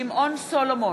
שמעון סולומון,